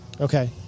Okay